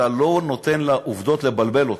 אתה לא נותן לעובדות לבלבל אותך.